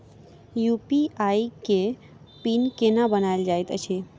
UPI केँ pin केना बनायल जाइत अछि